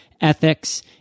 ethics